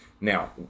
Now